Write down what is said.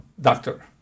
doctor